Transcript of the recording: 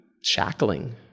shackling